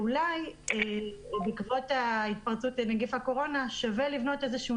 אולי בעקבות התפרצות נגיף הקורונה שווה לבנות איזשהו